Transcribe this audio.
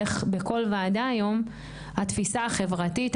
בערך בכל ועדה היום- התפיסה החברתית,